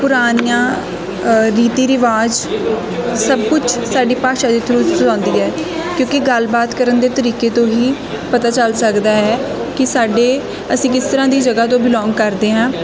ਪੁਰਾਣੇ ਰੀਤੀ ਰਿਵਾਜ ਸਭ ਕੁਛ ਸਾਡੀ ਭਾਸ਼ਾ ਦੇ ਥਰੂ ਦਰਸਾਉਂਦੀ ਹੈ ਕਿਉਂਕਿ ਗੱਲਬਾਤ ਕਰਨ ਦੇ ਤਰੀਕੇ ਤੋਂ ਹੀ ਪਤਾ ਚੱਲ ਸਕਦਾ ਹੈ ਕਿ ਸਾਡੇ ਅਸੀਂ ਕਿਸ ਤਰ੍ਹਾਂ ਦੀ ਜਗ੍ਹਾ ਤੋਂ ਬਿਲੋਂਗ ਕਰਦੇ ਹਾਂ